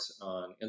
on